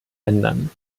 ändern